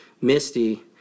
Misty